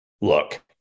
look